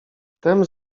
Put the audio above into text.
wtem